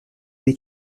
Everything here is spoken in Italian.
dei